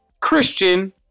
Christian